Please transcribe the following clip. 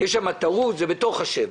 יש שם טעות, זה בתוך ה-7.